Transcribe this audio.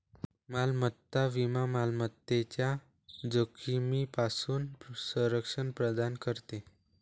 मालमत्ता विमा मालमत्तेच्या जोखमीपासून संरक्षण प्रदान करते